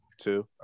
two